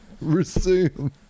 Resume